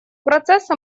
процесса